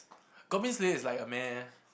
Goblin Slayer is like a meh